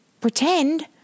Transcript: pretend